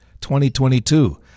2022